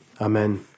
Amen